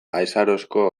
aizarozko